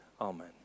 Amen